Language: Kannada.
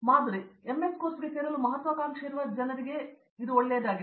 ಮಾಧುರಿ ಆದ್ದರಿಂದ MS ಕೋರ್ಸ್ಗೆ ಸೇರಲು ಮಹತ್ವಾಕಾಂಕ್ಷೆಯಿರುವ ಜನರಿಗೆ ಇದು ತುದಿಯಾಗಿದೆ